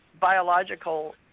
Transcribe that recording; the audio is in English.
biological